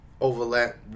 overlap